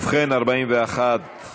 ובכן, 41 מתנגדים,